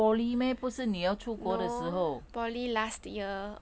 那个是 poly meh 不是你要出国的时候